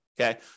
Okay